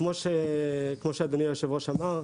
כמו שאדוני-היושב ראש אמר,